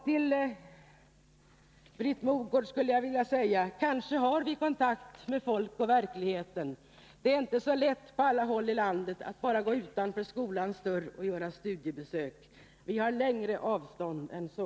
Till Britt Mogård skulle jag vilja säga: Kanske har vi kontakt med både folket och verkligheten, men det är inte så lätt på alla håll i landet att bara gå utanför skolans dörr och göra studiebesök. Vi har längre avstånd än så.